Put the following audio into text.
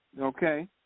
Okay